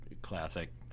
classic